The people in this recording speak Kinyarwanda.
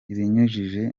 ibinyujije